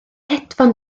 hedfan